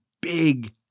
big